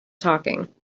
talking